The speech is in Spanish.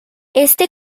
este